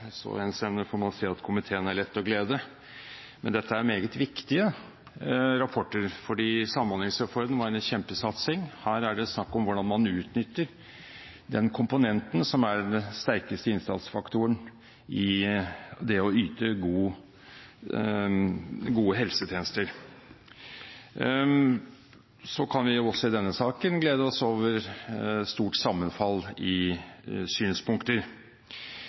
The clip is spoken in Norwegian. så henseende får man si at komiteen er lett å glede. Men dette er meget viktige rapporter, for samhandlingsreformen var en kjempesatsing. Her er det snakk om hvordan man utnytter den komponenten som er den sterkeste innsatsfaktoren i det å yte gode helsetjenester. Vi kan også i denne saken glede oss over stort sammenfall i synspunkter.